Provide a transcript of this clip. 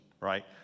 right